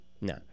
No